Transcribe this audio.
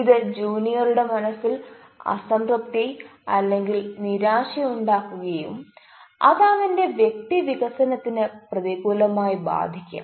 ഇത് ജൂനിയറുടെ മനസ്സിൽ അസംതൃപ്തി അല്ലെങ്കിൽ നിരാശയുണ്ടാക്കുകയും അത് അവന്റെ വ്യക്തി വികസനത്തിന് പ്രതികൂലമായി ബാധിക്കാം